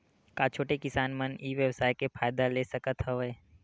का छोटे किसान मन ई व्यवसाय के फ़ायदा ले सकत हवय?